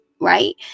right